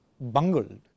bungled